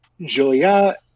Julia